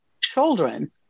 children